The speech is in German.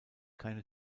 keine